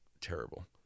terrible